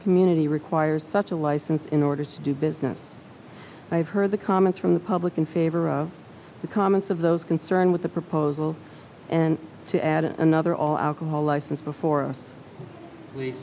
community requires such a license in order to do business i have heard the comments from the public in favor of the comments of those concerned with the proposal and to add another all alcohol license before